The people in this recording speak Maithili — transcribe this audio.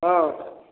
हँ